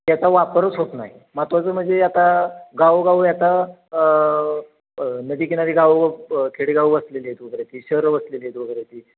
त्याचा वापरच होत नाही महत्त्वाचं म्हणजे आता गावोगावी आता नदीकिनारी गावं खेडेगाव वसलेली आहेत वगैरे ती शहरं वसलेली आहेत वगैरे ती